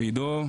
לעידו,